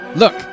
Look